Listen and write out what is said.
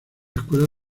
escuela